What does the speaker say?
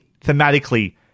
thematically